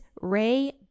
Ray